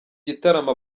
gitaramo